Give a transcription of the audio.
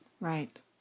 Right